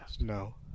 No